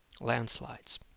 Landslides